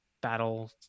battle